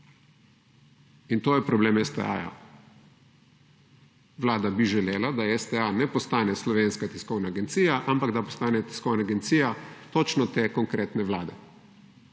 In to je problem STA. Vlada bi želela, da STA ne postane Slovenska tiskovna agencija, ampak da postane tiskovna agencija točno te konkretne vlade.